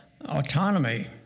autonomy